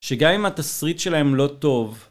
שגם עם התסריט שלהם לא טוב